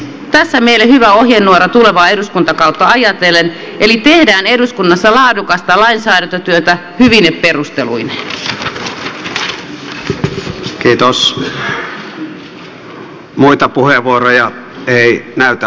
tässä meille hyvä ohjenuora tulevaa eduskuntakautta ajatellen eli tehdään eduskunnassa laadukasta lainsäädäntötyötä hyvine perusteluineen